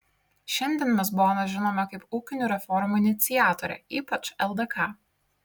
šiandien mes boną žinome kaip ūkinių reformų iniciatorę ypač ldk